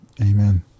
Amen